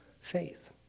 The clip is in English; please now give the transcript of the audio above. faith